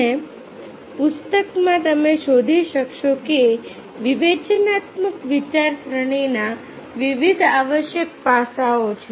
અને પુસ્તકમાં તમે શોધી શકશો કે વિવેચનાત્મક વિચારસરણીના વિવિધ આવશ્યક પાસાઓ છે